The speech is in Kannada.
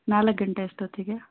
ನಾಲ್ಕು ಗಂಟೆ ಅಷ್ಟೊತ್ತಿಗೆ